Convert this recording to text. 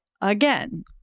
again